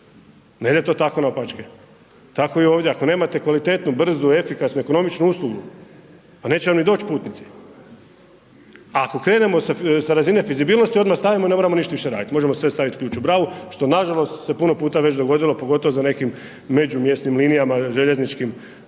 ne ide to tako naopačke, tako i ovdje, ako nemate kvalitetnu, brzu, efikasnu, ekonomičnu uslugu, pa neće vam ni doć putnici. A ako krenemo sa razine fizibilnosti odmah stajemo, ne moramo ništa više radi radit, možemo sve staviti ključ u bravu, što nažalost, se puno puta se već dogodilo, pogotovo za nekim međumjesnim linijama željezničkim